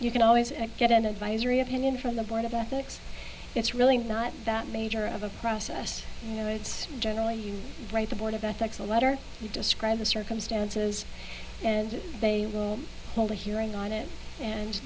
you can always get an advisory opinion from the board of ethics it's really not that major of a process and it's generally you write the board of ethics a letter you describe the circumstances and they will hold a hearing on it and